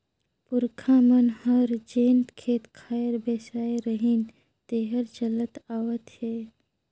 पूरखा मन हर जेन खेत खार बेसाय रिहिन तेहर चलत आवत हे